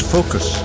Focus